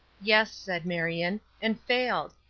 yes, said marion, and failed.